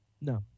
No